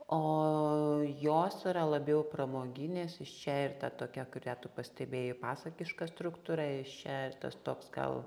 o jos yra labiau pramoginės iš čia ir ta tokia kurią tu pastebėjai pasakiška struktūra iš čia ir tas toks gal